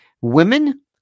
women